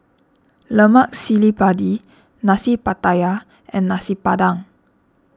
Lemak Cili Padi Nasi Pattaya and Nasi Padang